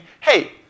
hey